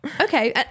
okay